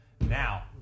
Now